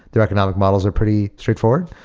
their economic models are pretty straightforward.